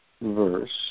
verse